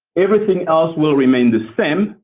everything else will remain the same,